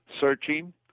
searching